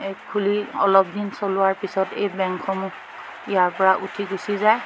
এই খুলি অলপ দিন চলোৱাৰ পিছত এই বেংকসমূহ ইয়াৰপৰা উঠি গুচি যায়